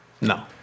No